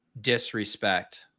disrespect